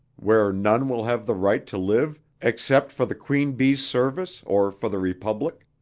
where none will have the right to live except for the queen bee's service or for the republic?